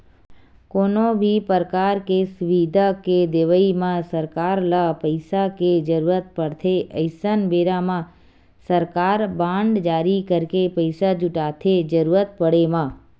कोनो भी परकार के सुबिधा के देवई म सरकार ल पइसा के जरुरत पड़थे अइसन बेरा म सरकार बांड जारी करके पइसा जुटाथे जरुरत पड़े म